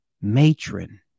matron